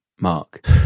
Mark